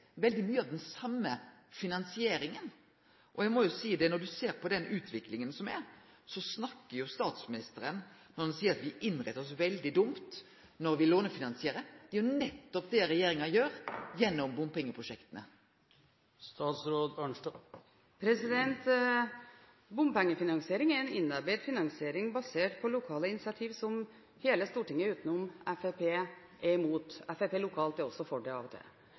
veldig mykje av den same finansieringa. Når ein ser på utviklinga i dag og statsministeren seier at me innrettar oss veldig dumt når me lånefinansierer, er det vel nettopp det regjeringa gjer gjennom bompengeprosjekta? Bompengefinansiering er en innarbeidet finansiering basert på lokale initiativ som hele Stortinget utenom Fremskrittspartiet er for. Fremskrittspartiet lokalt er også for det av og til.